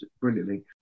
brilliantly